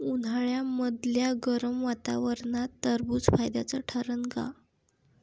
उन्हाळ्यामदल्या गरम वातावरनात टरबुज फायद्याचं ठरन का?